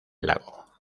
lago